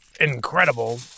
incredible